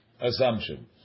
assumption